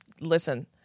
listen